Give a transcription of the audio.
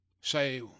say